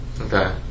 Okay